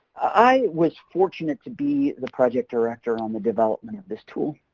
i was fortunate to be the project director on the development of this tool.